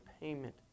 payment